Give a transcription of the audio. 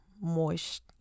moist